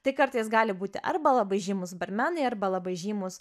tai kartais gali būti arba labai žymūs barmenai arba labai žymūs